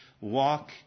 walk